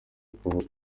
kuvugwa